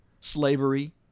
slavery